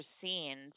scenes